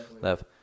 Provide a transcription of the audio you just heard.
left